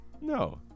No